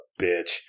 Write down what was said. bitch